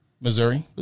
Missouri